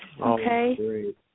Okay